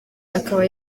akaba